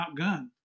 outgunned